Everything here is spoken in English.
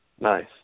Nice